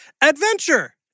adventure